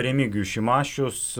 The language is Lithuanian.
remigijus šimašius